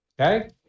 Okay